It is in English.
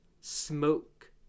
Smoke